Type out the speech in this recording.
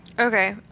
Okay